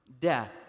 Death